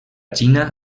xina